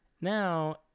Now